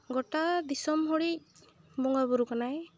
ᱜᱳᱴᱟ ᱫᱤᱥᱚᱢ ᱦᱚᱲᱤᱡ ᱵᱚᱸᱜᱟᱼᱵᱩᱨᱩ ᱠᱟᱱᱟᱭ